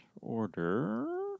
order